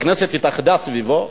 הכנסת התאחדה סביבו: